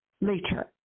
later